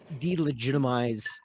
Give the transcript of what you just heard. delegitimize